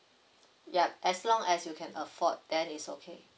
yup as long as you can afford then it's okay